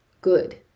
good